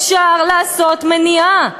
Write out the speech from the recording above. אפשר לפעול למניעה.